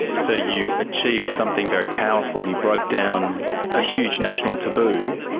so you achieved something very powerful, you broke down a huge national taboo.